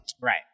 Right